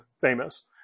famous